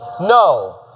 No